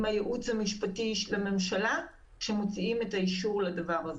הייעוץ המשפטי של הממשלה כשמוציאים את האישור לדבר הזה.